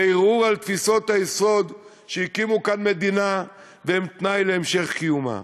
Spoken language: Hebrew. זה ערעור על תפיסות היסוד שהקימו כאן מדינה והן תנאי להמשך קיומה.